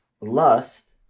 lust